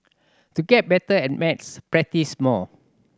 to get better at maths practise more